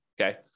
Okay